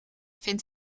vindt